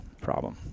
problem